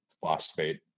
phosphate